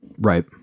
Right